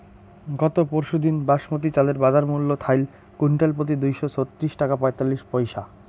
গত পরশুদিন বাসমতি চালের বাজারমূল্য থাইল কুইন্টালপ্রতি দুইশো ছত্রিশ টাকা পঁয়তাল্লিশ পইসা